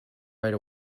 right